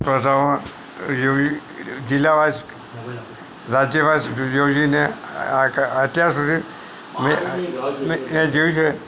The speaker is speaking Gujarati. તથા એવી જિલ્લા વાઈઝ રાજ્ય વાઈઝ જોઈએ અત્યાર સુધી મેં એ જોયું છે કે